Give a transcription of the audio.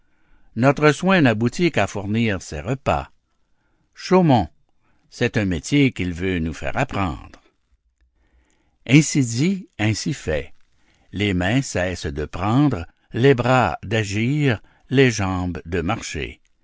notre soin n'aboutit qu'à fournir ses repas chômons c'est un métier qu'il veut nous faire apprendre ainsi dit ainsi fait les mains cessent de prendre les bras d'agir les jambes de marcher